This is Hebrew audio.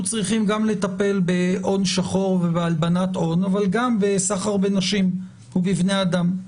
צריכים לטפל גם בהון שחור ובהלבנת הון אבל גם בסחר בנשים ובבני אדם.